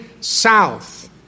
south